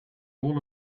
all